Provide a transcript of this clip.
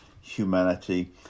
humanity